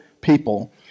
people